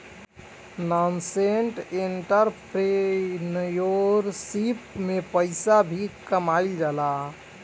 nascent entrepreneurship में पइसा भी कामयिल जाला